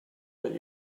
let